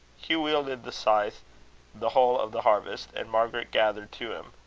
hugh wielded the scythe the whole of the harvest, and margaret gathered to him.